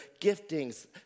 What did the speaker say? giftings